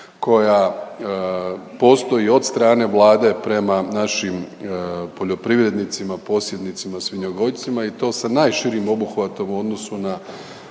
koja postoji od strane Vlade prema našim poljoprivrednicima, posjednicima svinjogojcima i to sa najširim obuhvatom u odnosu na